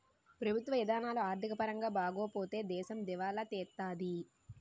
ప్రభుత్వ ఇధానాలు ఆర్థిక పరంగా బాగోపోతే దేశం దివాలా తీత్తాది